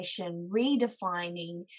redefining